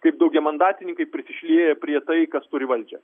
kaip daugiamandatininkai prisišlieja prie tai kas turi valdžią